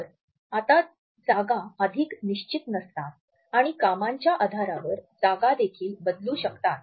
तर आता जागा अधिक निश्चित नसतात आणि कामांच्या आधारावर जागादेखील बदलू शकतात